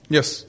Yes